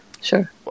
sure